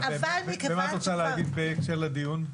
מה את רוצה להגיד בהקשר לדיון?